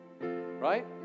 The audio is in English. right